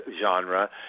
genre